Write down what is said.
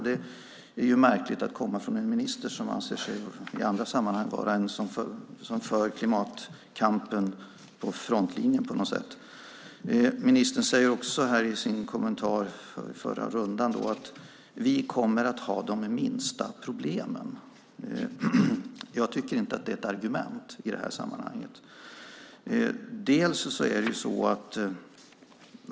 Det är märkligt att komma från en minister som i andra sammanhang anser sig vara den som för klimatkampen på frontlinjen. Ministern säger också i sin kommentar att vi kommer att vara de med de minsta problemen. Jag tycker inte att det är ett argument i det här sammanhanget.